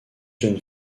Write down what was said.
jeune